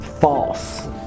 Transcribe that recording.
false